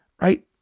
right